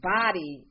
body